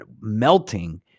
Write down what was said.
melting